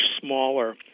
smaller